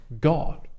God